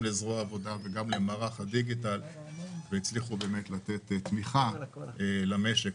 לזרוע העבודה ולמערך הדיגיטל שהצליח לתת תמיכה למשק,